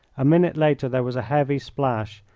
a minute later there was a heavy splash,